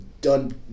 done